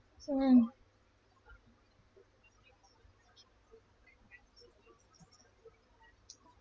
so um